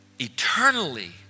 Eternally